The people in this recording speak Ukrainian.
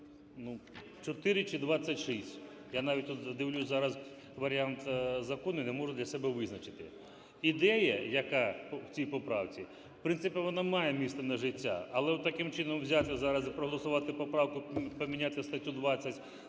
24 чи 26. Я навіть от дивлюсь зараз варіант закону і не можу для себе визначити. Ідея, яка в цій поправці, в принципі, вона має місце на життя. Але от таким чином взяти зараз і проголосувати поправку, поміняти статтю 20